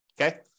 Okay